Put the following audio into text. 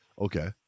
okay